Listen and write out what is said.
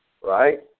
Right